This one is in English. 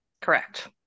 Correct